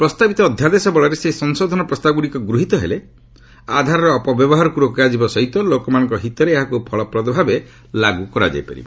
ପ୍ରସ୍ତାବିତ ଅଧ୍ୟାଦେଶ ବଳରେ ସେହି ସଂଶୋଧନ ପ୍ରସ୍ତାବ ଗୁଡିକ ଗୃହୀତ ହେଲେ ଆଧାରର ଅପବ୍ୟବହାରକୁ ରୋକାଯିବା ସହିତ ଲୋକମାନଙ୍କ ହିତରେ ଏହାକୁ ଫଳପ୍ରଦ ଭାବେ ଲାଗୁ କରାଯାଇପାରିବ